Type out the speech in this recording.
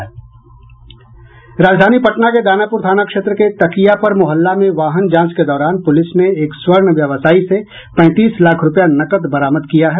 राजधानी पटना के दानापूर थाना क्षेत्र के तकियापर मोहल्ला में वाहन जांच के दौरान पूलिस ने एक स्वर्ण व्यवसायी से पैंतीस लाख रुपया नकद बरामद किया है